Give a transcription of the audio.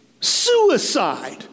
suicide